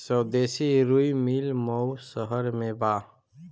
स्वदेशी रुई मिल मऊ शहर में बा